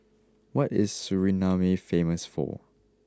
what is Suriname famous for